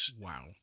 Wow